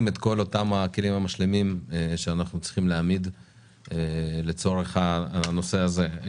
את כל אותם הכלים המשלימים שאנחנו צריכים להעמיד לצורך הנושא הזה.